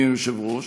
אדוני היושב-ראש,